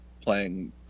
playing